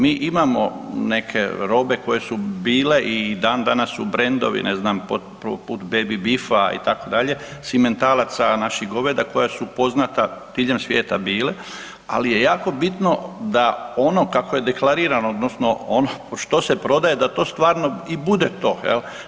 Mi imamo neke robe koje su bile i dan danas su brendovi, ne znam, od Baby Beefa itd., simentalaca naših goveda koja su poznata diljem svijeta bile, ali je jako bitno da ono kako je deklarirano odnosno ono što se prodaje da to stvarno i bude to jel.